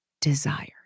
desire